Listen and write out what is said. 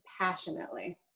passionately